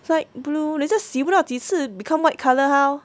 light blue later 洗不到几次 become white colour how